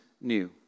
new